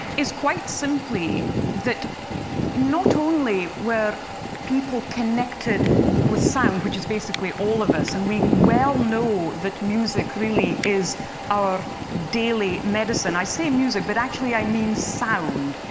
is quite simply that not only were people connected with sound which is basically all of us and we well know that music really is our daily medicine. i say music, but actually i mean sound.